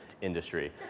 industry